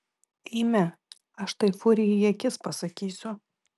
eime aš tai furijai į akis pasakysiu